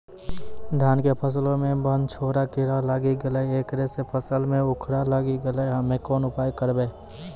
धान के फसलो मे बनझोरा कीड़ा लागी गैलै ऐकरा से फसल मे उखरा लागी गैलै हम्मे कोन उपाय करबै?